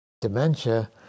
Dementia